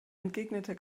entgegnete